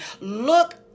look